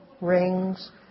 rings